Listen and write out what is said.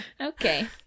okay